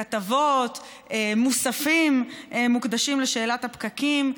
כתבות, מוספים, מוקדשים לשאלת הפקקים.